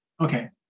Okay